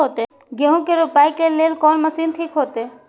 गेहूं रोपाई के लेल कोन मशीन ठीक होते?